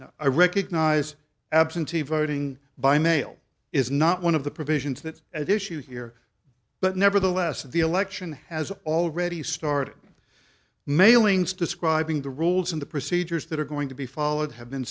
now i recognize absentee voting by mail is not one of the provisions that at issue here but nevertheless the election has already started mailings describing the rules and the procedures that are going to be followed have been